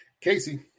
Casey